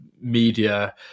media